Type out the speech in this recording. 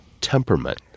temperament